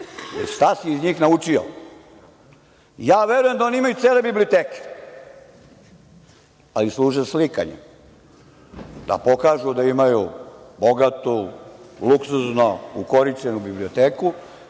šta si iz njih naučio. Verujem da oni imaju cele biblioteke, ali služe za slikanje da pokažu da imaju bogatu, luksuzno ukoričenu biblioteku,